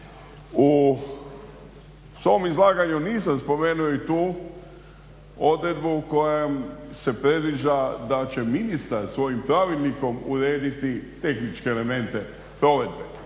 U svom izlaganju nisam spomenuo i tu odredbu kojom se predviđa da će ministar svojim pravilnikom urediti tehničke elemente provedbe.